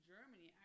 Germany